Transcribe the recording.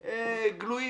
גלוי.